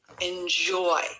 Enjoy